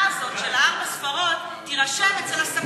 אבל ההקשה הזאת של ארבע הספרות תירשם אצל הספקים.